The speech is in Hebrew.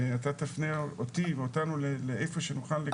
ואתה תפנה אותי או אותנו לאיפה שנוכל.